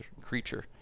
creature